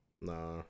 Nah